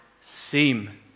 seem